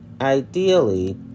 Ideally